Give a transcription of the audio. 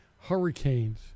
hurricanes